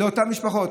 לאותן משפחות?